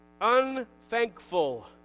unthankful